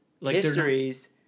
Histories